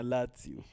Lazio